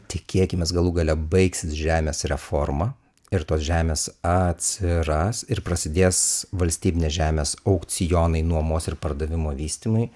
tikėkimės galų gale baigsis žemės reforma ir tos žemės atsiras ir prasidės valstybinės žemės aukcionai nuomos ir pardavimo vystymui